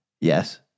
Yes